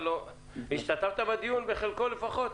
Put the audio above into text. השתתפת בדיון, בחלקו לפחות?